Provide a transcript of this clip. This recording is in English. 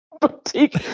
boutique